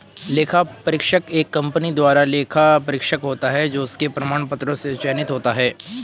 लेखा परीक्षक एक कंपनी द्वारा लेखा परीक्षक होता है जो उसके प्रमाण पत्रों से चयनित होता है